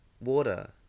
water